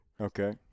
Okay